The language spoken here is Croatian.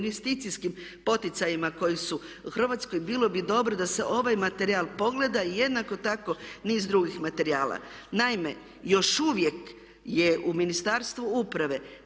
investicijskim poticajima koji su u Hrvatskoj bilo bi dobro da se ovaj materijal pogleda i jednako tako niz drugih materijala. Naime, još uvijek je u Ministarstvu uprave